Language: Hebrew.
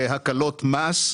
להקלות מס,